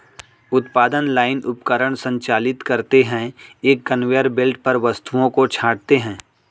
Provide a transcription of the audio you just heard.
उत्पादन लाइन उपकरण संचालित करते हैं, एक कन्वेयर बेल्ट पर वस्तुओं को छांटते हैं